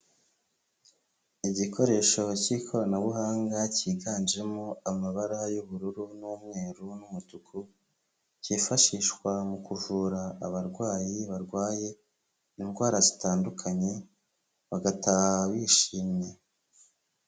Igikoresho cy'ikoranabuhanga cyiganjemo amabara y'ubururu n'umweru n'umutuku, kifashishwa mu kuvura abarwayi barwaye indwara zitandukanye bagataha bishimye.